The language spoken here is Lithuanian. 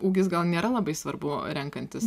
ūgis gal nėra labai svarbu renkantis